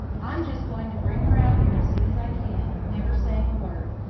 i'm just going to bring her out here as soon as i can, never saying a word.